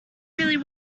really